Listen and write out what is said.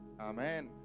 Amen